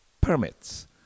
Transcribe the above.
permits